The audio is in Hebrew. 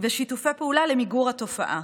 ושיתופי הפעולה למיגור התופעה.